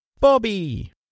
Bobby